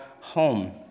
home